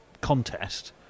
contest